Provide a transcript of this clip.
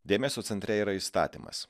dėmesio centre yra įstatymas